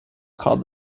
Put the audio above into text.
called